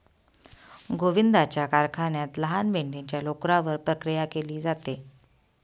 गोविंदाच्या कारखान्यात लहान मेंढीच्या लोकरावर प्रक्रिया केली जाते